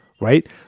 right